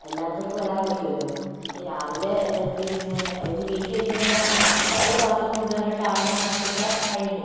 അല്ലാത്തവർക്ക് വരാൻ പറ്റില്ലല്ലോ ഈ രാവിലെ പിന്നെ ഒരു വീട്ടിൽ ഇരിക്കുന്നവരാണെങ്കിൽ അവർക്ക് ഉള്ള പാത്രം മുഴുവനും ടാങ്ക് നിറച്ച് വച്ചാൽ കഴിഞ്ഞു